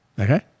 Okay